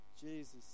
Jesus